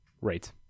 right